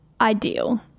ideal